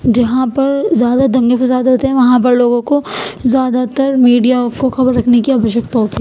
جہاں پر زیادہ دنگے فساد ہوتے ہیں وہاں پر لوگوں کو زیادہ تر میڈیا کو خبر رکھنے کی آویشیکتا ہوتی